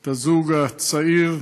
את הזוג הצעיר,